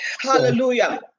Hallelujah